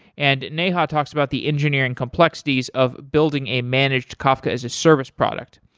and neha ah talks about the engineering complexities of building a managed kafka as a service product.